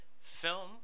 film